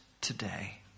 today